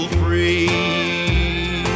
free